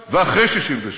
לשם.